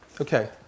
Okay